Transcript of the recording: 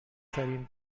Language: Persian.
ترین